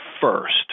first